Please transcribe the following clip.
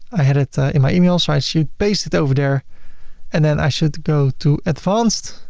i had it in my email so i should paste it over there and then i should go to advanced,